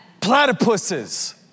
Platypuses